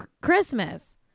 Christmas